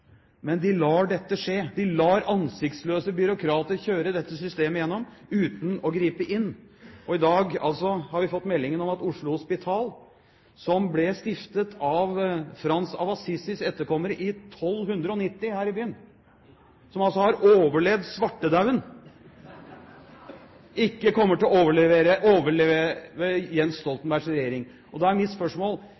men de lar dette skje. De lar ansiktsløse byråkrater kjøre dette systemet igjennom uten å gripe inn. Og i dag har vi altså fått meldingen om at Oslo Hospital, som ble stiftet i 1290 av Frans av Assisis etterkommere her i byen, og som altså har overlevd Svartedauden, ikke kommer til å overleve